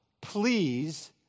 please